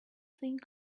thing